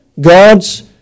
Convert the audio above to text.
God's